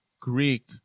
Greek